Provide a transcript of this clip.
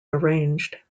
arranged